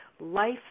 life